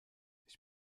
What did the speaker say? ich